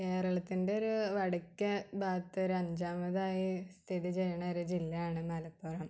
കേരളത്തിൻറെ ഒരു വടക്കേ ഭാഗത്ത് ഒരു അഞ്ചാമതായി സ്ഥിതി ചെയ്യുന്ന ഒരു ജില്ലയാണ് മലപ്പുറം